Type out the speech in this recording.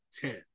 Ten